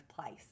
place